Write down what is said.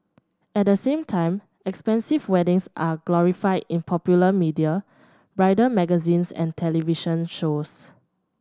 at the same time expensive weddings are glorified in popular media bridal magazines and television shows